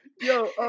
yo